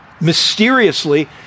Mysteriously